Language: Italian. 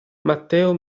matteo